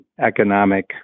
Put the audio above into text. economic